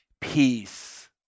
peace